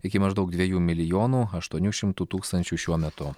iki maždaug dviejų milijonų aštuonių šimtų tūkstančių šiuo metu